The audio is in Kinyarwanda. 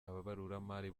ababaruramari